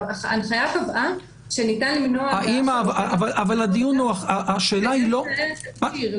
ההנחיה קבעה שניתן למנוע הגעה של עובד --- אבל השאלה היא לא הסנקציה.